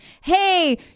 hey